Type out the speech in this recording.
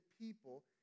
people